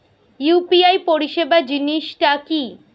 UPI পরিসেবা জিনিসটা কি?